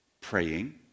praying